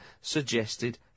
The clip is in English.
suggested